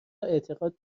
اعتقاد